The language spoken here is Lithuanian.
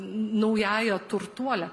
naująja turtuole